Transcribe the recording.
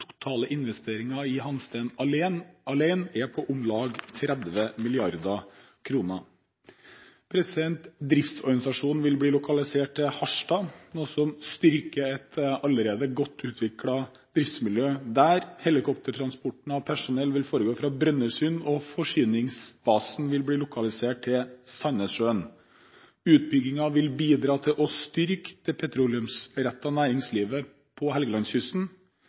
investeringer i Hansteen alene er på om lag 30 mrd. kr. Driftsorganisasjonen vil bli lokalisert til Harstad, noe som styrker et allerede godt utviklet driftsmiljø der. Helikoptertransporten av personell vil foregå fra Brønnøysund, og forsyningsbasen vil bli lokalisert til Sandnessjøen. Utbyggingen vil bidra til å styrke det petroleumsrettede næringslivet på Helgelandskysten